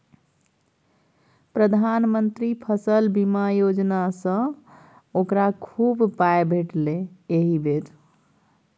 प्रधानमंत्री फसल बीमा योजनासँ ओकरा खूब पाय भेटलै एहि बेर